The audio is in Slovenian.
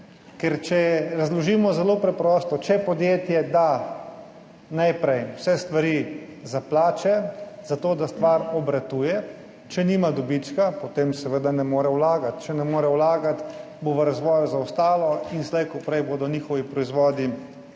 Ker če, razložimo zelo preprosto, če podjetje da najprej vse stvari za plače, za to, da stvar obratuje, če nima dobička, potem seveda ne more vlagati. Če ne more vlagati, bo v razvoju za ostalo in slej ko prej bodo njihovi proizvodi manj